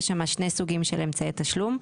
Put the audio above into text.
יש שם שני סוגים של אמצעי תשלום.